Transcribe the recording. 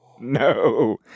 No